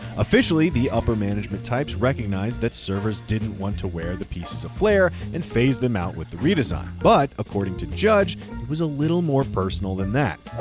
officially, the upper management types recognized that servers didn't want to wear the pieces of flair and phased them out with the redesign. but, according to judge, it was a little more personal than that.